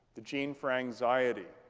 the gene for anxiety.